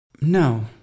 No